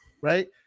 right